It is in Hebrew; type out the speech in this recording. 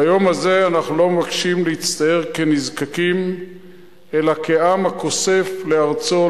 ביום הזה אנחנו לא מבקשים להצטייר כנזקקים אלא כעם הכוסף לארצו,